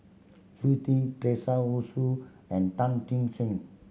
Yu tea Teresa Hsu and Tan ting sing